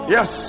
Yes